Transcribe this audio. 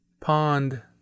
Pond